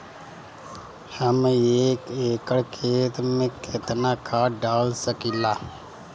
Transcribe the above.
हम एक एकड़ खेत में केतना खाद डाल सकिला?